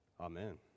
amen